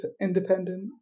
independent